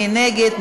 מי נגד?